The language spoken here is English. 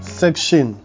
section